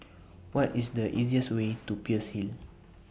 What IS The easiest Way to Peirce Hill